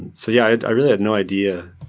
so yeah, i really had no idea